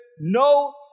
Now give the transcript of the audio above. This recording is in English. no